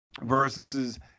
versus